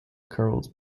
carols